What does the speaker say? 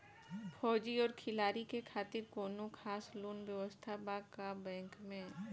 फौजी और खिलाड़ी के खातिर कौनो खास लोन व्यवस्था बा का बैंक में?